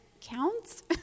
counts